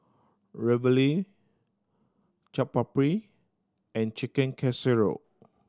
Ravioli Chaat Papri and Chicken Casserole